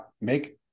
make